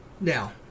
Now